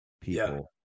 people